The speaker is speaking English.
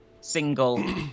single